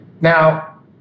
Now